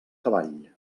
cavall